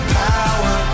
power